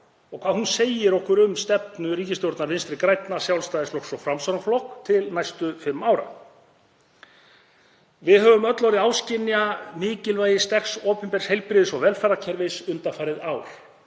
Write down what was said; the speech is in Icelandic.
og hvað hún segir okkur um stefnu ríkisstjórnar Vinstri grænna, Sjálfstæðisflokks og Framsóknarflokks til næstu fimm ára. Við höfum öll orðið þess áskynja hversu mikilvægt sterkt opinbert heilbrigðis- og velferðarkerfi er undanfarið ár